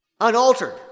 unaltered